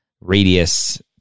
radius